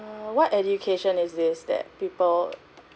err what education is this that people